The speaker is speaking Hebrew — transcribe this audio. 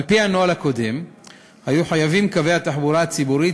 על-פי הנוהל הקודם היו חייבים קווי התחבורה הציבורית